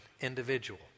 individual